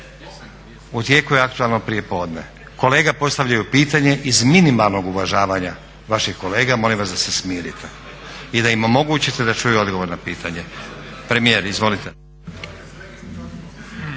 u tijeku je Aktualno prijepodne, kolege postavljaju pitanje iz minimalnog uvažavanja vaših kolega molim vas da se smirite i da im omogućite da čuju odgovor na pitanje. Premijer, izvolite.